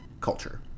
culture